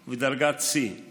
דרגה אמצעית, ודרגת שיא.